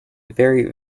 very